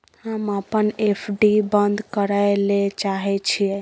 हम अपन एफ.डी बंद करय ले चाहय छियै